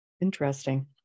interesting